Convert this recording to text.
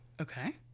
okay